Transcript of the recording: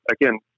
again